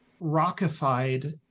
rockified